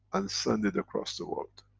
and send it across the world.